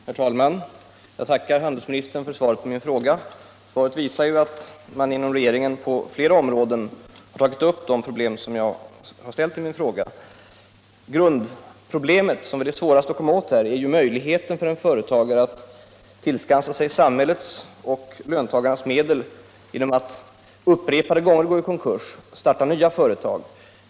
Herr talman! Jag tackar handelsministern för svaret på min fråga, vilket ju visar att regeringen på flera områden tagit upp vissa av de problem som jag pekat på i min fråga. Grundproblemet, som är svårast att komma åt, gäller möjligheten för företagare att tillskansa sig samhällets och löntagarnas medel genom att upprepade gånger gå i konkurs och starta nya företag.